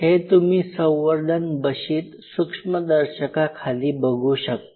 हे तुम्ही संवर्धन बशीत सूक्ष्मदर्शकाखाली बघू शकता